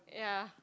ya